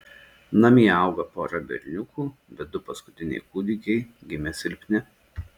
namie auga pora berniukų bet du paskutiniai kūdikiai gimė silpni